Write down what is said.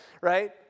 right